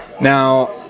Now